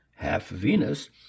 half-Venus